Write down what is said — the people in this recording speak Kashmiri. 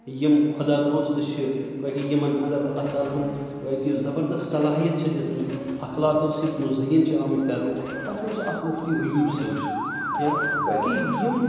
یِم خۄدا دوست چھِ گویا کہِ یِمَن اَنٛدر اللہ تعالیٰ ہَن گویا کہِ یُس زَبردَست صلاحیت چھےٚ دِژمٕژ اخلاقو سۭتۍ مُظیعن چھِ آمٕتۍ کَرنہٕ تَتھ منٛز چھِ اَکھ مُفتی ایوب صٲب چھِ یا گویا کہِ یِم